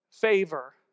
favor